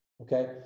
okay